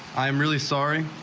i'm really sorry.